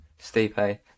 stipe